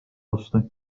osta